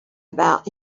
about